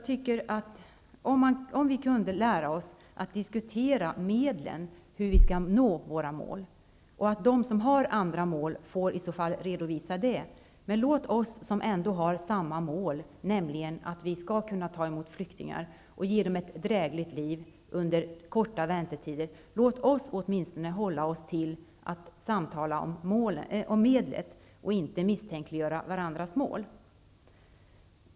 Tänk om vi kunde lära oss att diskutera medlen för hur vi skall nå de mål som vi har satt upp. De som har satt upp andra mål får i så fall redovisa dessa. Men låt oss som har samma mål -- nämligen att vi skall kunna ta emot flyktingar och att vi skall möjliggöra ett drägligt liv för dem under korta väntetider -- åtminstone hålla oss till samtal om medlet i stället för att misstänkliggöra varandras mål!